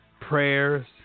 prayers